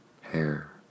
hair